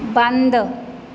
ਬੰਦ